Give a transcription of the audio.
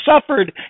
suffered